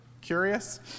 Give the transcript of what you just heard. curious